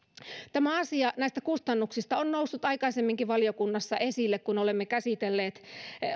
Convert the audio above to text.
tämä asia näistä kustannuksista on noussut aikaisemminkin valiokunnassa esille kun olemme käsitelleet